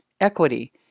equity